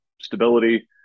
stability